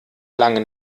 lange